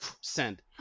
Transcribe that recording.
Send